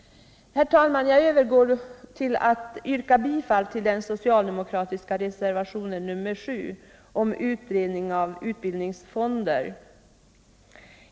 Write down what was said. Herr talman! Jag övergår till att yrka bifall till den socialdemokratiska reservationen 7 om utredning om utbildningsfonder.